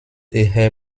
eher